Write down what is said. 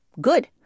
good